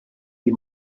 die